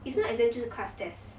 it's not exam 就是 class test